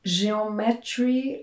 geometry